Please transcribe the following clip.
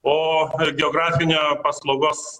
o ar geografinio paslaugos